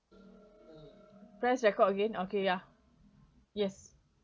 press record again okay ya yes